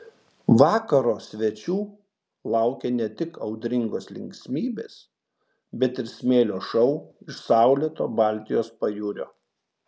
vakaro svečių laukė ne tik audringos linksmybės bet ir smėlio šou iš saulėto baltijos pajūrio